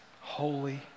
holy